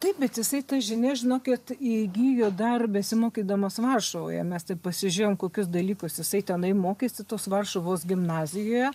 taip bet jisai tas žinias žinokit įgijo dar besimokydamas varšuvoje mes taip pasižiūrėjom kokius dalykus jisai tenai mokėsi tos varšuvos gimnazijoje